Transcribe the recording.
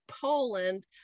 Poland